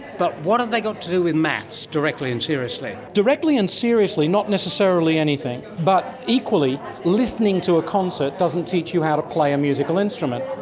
but what have they got to do with maths, directly and seriously? directly and seriously not necessarily anything, but equally listening to a concert doesn't teach you how to play a musical instrument,